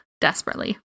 desperately